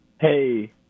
Hey